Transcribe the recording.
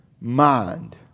mind